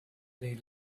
they